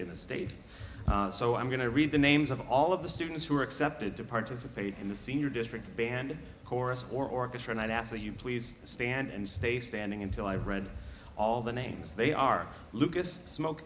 in the state so i'm going to read the names of all of the students who are accepted to participate in the senior district band chorus or orchestra night after you please stand and stay standing until i read all the names they are lucas smok